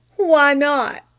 why not?